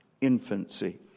infancy